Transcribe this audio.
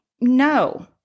no